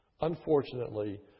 Unfortunately